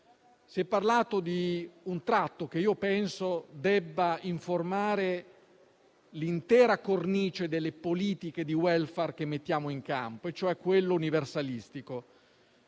si è parlato di un tratto che io penso debba informare l'intera cornice delle politiche di *welfare* che mettiamo in campo, cioè quello universalistico.